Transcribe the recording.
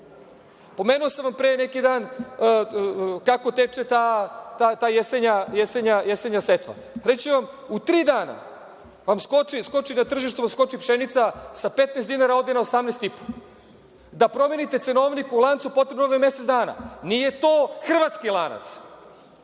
sam vam pre neki dan kako teče ta jesenja setva. Reći ću vam, u tri dana vam skoči na tržištu pšenica, sa 15 dinara ode na 18,5. Da promenite cenovnik u lancu, potrebno vam je mesec dana. Nije to hrvatski lanac,